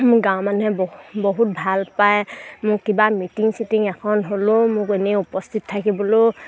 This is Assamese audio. মোৰ গাঁও মানুহে বহুত ভাল পায় মোক কিবা মিটিং চিটিং এখন হ'লেও মোক এনেই উপস্থিত থাকিবলৈও